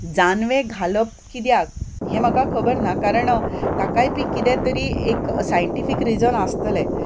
जानवें घालप किद्याक हें म्हाका खबर ना कारण ताकाय बी किदें तरी एक सायनटिफीक रिजन आसतलें